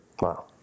Wow